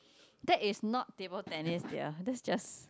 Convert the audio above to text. that is not table tennis dear that is just